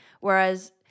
Whereas